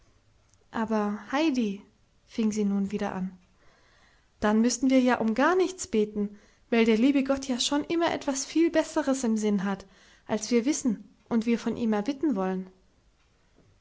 aber heidi fing sie nun wieder an dann müßten wir ja um gar nichts beten weil der liebe gott ja schon immer etwas viel besseres im sinn hat als wir wissen und wir von ihm erbitten wollen